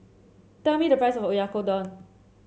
tell me the price of Oyakodon